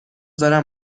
دارم